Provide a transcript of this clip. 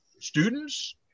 students